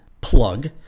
plug